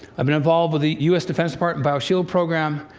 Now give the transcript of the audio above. i've been involved with the u s. defense department bioshield program.